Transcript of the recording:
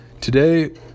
today